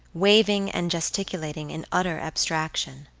waving and gesticulating in utter abstraction.